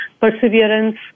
perseverance